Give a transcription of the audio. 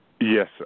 yes